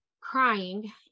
crying